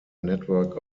network